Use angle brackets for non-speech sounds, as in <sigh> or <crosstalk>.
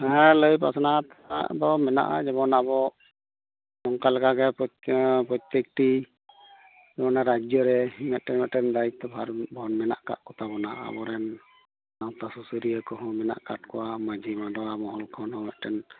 ᱦᱮᱸ ᱞᱟᱹᱭ ᱯᱟᱥᱱᱟᱣ ᱨᱮᱱᱟᱜ ᱫᱚ ᱢᱮᱱᱟᱜᱼᱟ ᱡᱮᱢᱚᱱ ᱟᱵᱚ ᱚᱱᱠᱟ ᱞᱮᱠᱟᱜᱮ <unintelligible> ᱯᱚᱛᱛᱮᱠᱴᱤ ᱚᱱᱟ ᱨᱟᱡᱽᱡᱚᱨᱮ ᱢᱤᱫᱴᱮᱝ ᱢᱤᱫᱴᱮᱝ ᱫᱟᱭᱤᱛᱛᱚ ᱵᱷᱟᱨ ᱵᱚᱱ ᱢᱮᱱᱟᱜ ᱠᱟᱜᱼᱠᱚ ᱛᱟᱵᱚᱱᱟ ᱟᱵᱚᱨᱤᱱ ᱥᱟᱶᱛᱟ ᱥᱩᱥᱟᱹᱨᱤᱭᱚ ᱠᱚᱦᱚᱸ ᱢᱮᱱᱟᱜ ᱠᱟᱜ ᱠᱚᱭᱟ ᱢᱟᱺᱡᱷᱤ ᱢᱟᱱᱰᱚᱣᱟ ᱢᱚᱦᱚᱞ ᱠᱷᱚᱱ ᱦᱚᱸ ᱢᱤᱫᱴᱮᱱ